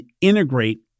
integrate